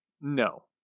No